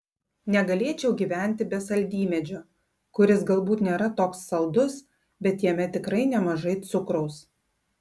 negalėčiau gyventi be saldymedžio kuris galbūt nėra toks saldus bet jame tikrai nemažai cukraus